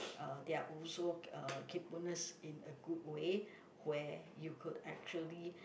uh there're also uh kayponess in a good way where you could actually